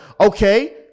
Okay